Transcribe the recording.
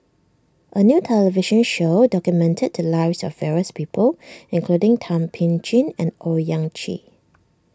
a new television show documented the lives of various people including Thum Ping Tjin and Owyang Chi